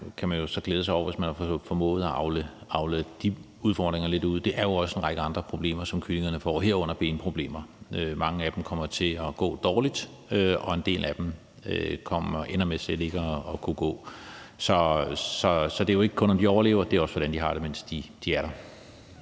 Der kan man så glæde sig over det, hvis man har formået at avle de udfordringer lidt ud af det, men det er jo også en række andre problemer, som kyllingerne kommer ud for, herunder benproblemer. Mange af dem kommer til at gå dårligt, og en del af dem ender med slet ikke at kunne gå. Så det er jo ikke kun, om de overlever. Det er også, hvordan de har det, mens de er der.